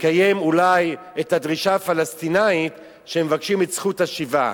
לקיים אולי את הדרישה הפלסטינית שהם מבקשים את זכות השיבה.